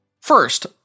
First